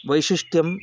वैशिष्ट्यम्